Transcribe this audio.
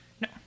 No